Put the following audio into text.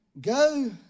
Go